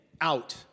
out